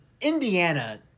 Indiana